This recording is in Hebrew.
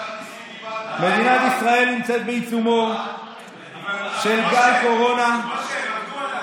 מדינת ישראל נמצאת בעיצומו של גל קורונה,